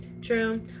True